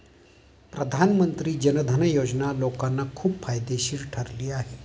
प्रधानमंत्री जन धन योजना लोकांना खूप फायदेशीर ठरली आहे